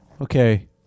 okay